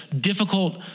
difficult